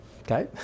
Okay